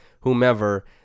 whomever